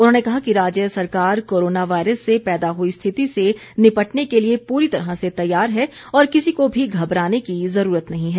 उन्होंने कहा कि राज्य सरकार कोरोना वायरस से पैदा हुई स्थिति से निपटने के लिए पूरी तरह से तैयार है और किसी को भी घबराने की जरूरत नहीं है